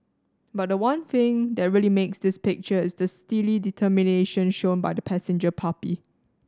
but the one thing that really makes this picture is the steely determination shown by the passenger puppy